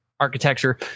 architecture